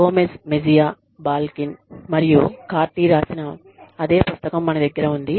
Gomez Mejia Balkin మరియు కార్డిGomez Mejia Balkin and Cardy రాసిన అదే పుస్తకం మన దగ్గర ఉంది